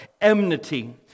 enmity